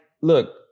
look